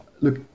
look